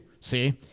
see